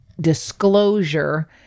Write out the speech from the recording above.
disclosure